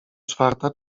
czwarta